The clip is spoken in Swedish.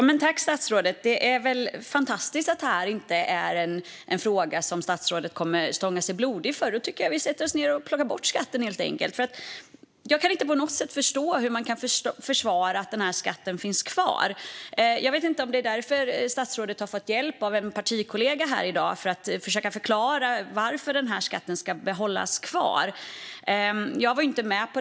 Fru talman! Det är väl fantastiskt att detta inte är en fråga som statsrådet kommer att stånga sig blodig för - då tycker jag att vi helt enkelt sätter oss ned och plockar bort skatten! Jag kan nämligen inte på något sätt förstå hur man kan försvara att den här skatten finns kvar. Jag vet inte om statsrådet har fått hjälp av en partikollega här i dag just för att försöka förklara varför den här skatten ska behållas.